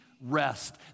rest